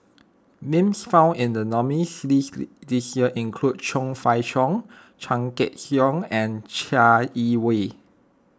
names found in the nominees' list this year include Chong Fah Cheong Chan Sek Keong and Chai Yee Wei